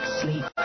sleep